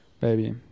baby